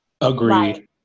agreed